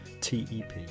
TEP